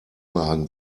magen